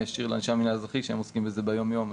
אני אשאיר לאנשי המינהל האזרחי שהם עוסקים בזה ביום יום.